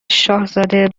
شاهزاده